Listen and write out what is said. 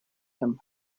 him